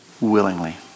willingly